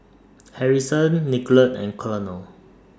Harrison Nicolette and Colonel